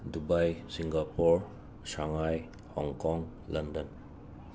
Dubai Singapore Shanghai Hong Kong London